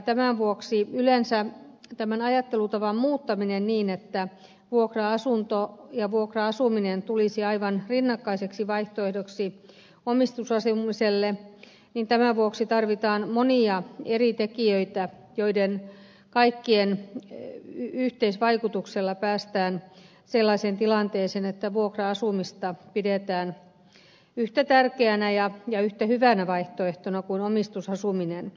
tämän vuoksi yleensä tämän ajattelutavan muuttamiseksi niin että vuokra asunto ja vuokra asuminen tulisi aivan rinnakkaiseksi vaihtoehdoksi omistusasumiselle tarvitaan monia eri tekijöitä joiden kaikkien yhteisvaikutuksella päästään sellaiseen tilanteeseen että vuokra asumista pidetään yhtä tärkeänä ja yhtä hyvänä vaihtoehtona kuin omistusasumista